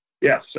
Yes